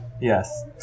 Yes